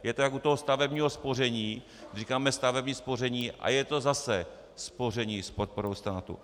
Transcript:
Je to jako u stavebního spoření, kdy říkáme stavební spoření a je to zase spoření s podporou státu.